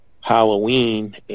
halloween